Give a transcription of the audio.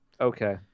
Okay